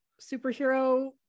superhero